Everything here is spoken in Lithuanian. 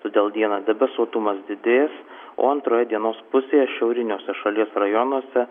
todėl dieną debesuotumas didės o antroje dienos pusėje šiauriniuose šalies rajonuose